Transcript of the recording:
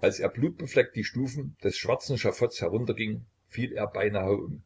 als er blutbefleckt die stufen des schwarzen schafotts herunterging fiel er beinahe um